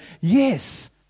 Yes